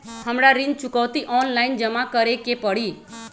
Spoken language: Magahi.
हमरा ऋण चुकौती ऑनलाइन जमा करे के परी?